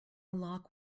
lock